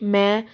ਮੈਂ